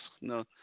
No